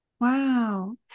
Wow